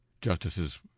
justices